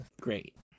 Great